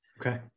Okay